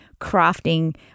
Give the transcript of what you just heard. crafting